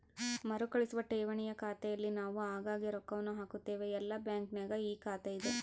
ಮರುಕಳಿಸುವ ಠೇವಣಿಯ ಖಾತೆಯಲ್ಲಿ ನಾವು ಆಗಾಗ್ಗೆ ರೊಕ್ಕವನ್ನು ಹಾಕುತ್ತೇವೆ, ಎಲ್ಲ ಬ್ಯಾಂಕಿನಗ ಈ ಖಾತೆಯಿದೆ